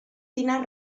dinar